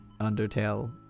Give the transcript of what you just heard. Undertale